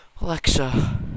Alexa